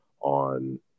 on